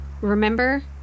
remember